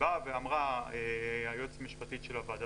ובאה ואמרה היועצת המשפטית של הוועדה,